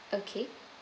okay